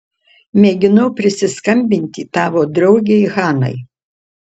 mėginau prisiskambinti tavo draugei hanai